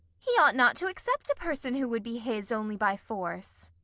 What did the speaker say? he ought not to accept a person who would be his only by force.